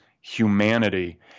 humanity